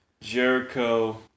Jericho